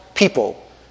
People